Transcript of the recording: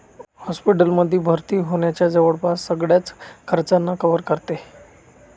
hospital मध्ये भर्ती होण्याच्या जवळपास सगळ्याच खर्चांना कव्हर करते